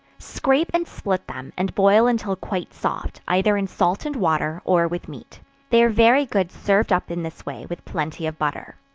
scrape and split them, and boil until quite soft, either in salt and water, or with meat they are very good served up in this way, with plenty of butter.